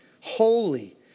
holy